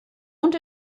und